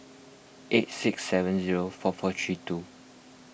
eight six seven zero four four three two